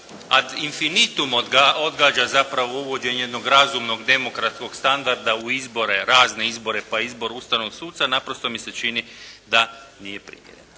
at infinitum odgađa zapravo uvođenje jednog razumnog demokratskog standarda u izbore, razne izbore, pa izbor ustavnog suca naprosto mi se čini da nije primjerena.